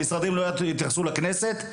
המשרדים לא יתייחסו לכנסת,